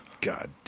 God